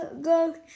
Go